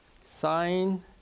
sign